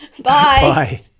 Bye